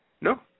No